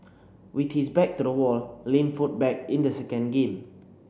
with his back to the wall Lin fought back in the second game